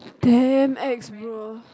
damn ex bro